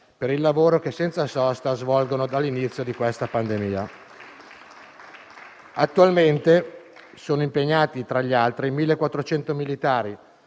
per il lavoro che, senza sosta, svolgono dall'inizio della pandemia. Attualmente sono impegnati, tra gli altri, 1400 militari